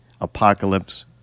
Apocalypse